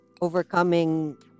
Overcoming